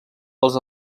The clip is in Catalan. els